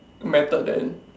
method then